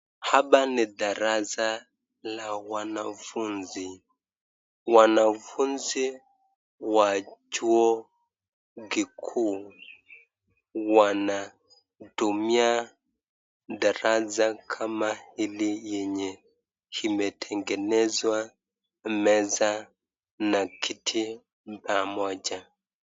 Hapa ni darasa la wanafunzi. Wanafunzi wa chuo kikuu wanatumia darasa kama hili yenye imetengenezwa meza na kiti pamoja.